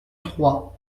trois